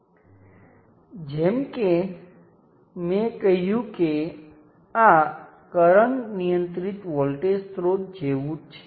તો મારી પાસે આ 1 અને 2 છે અને પછી આ બિંદુથી મારી પાસે V મૂલ્યનો વોલ્ટેજ સ્ત્રોત અને ઘટક E પણ છે